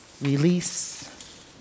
release